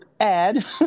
add